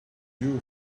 you